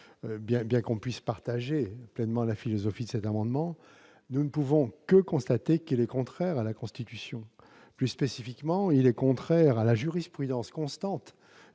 Bien que l'on puisse partager pleinement la philosophie de cet amendement, nous ne pouvons que constater qu'il est contraire à la Constitution. Plus spécifiquement, il est contraire à la jurisprudence constante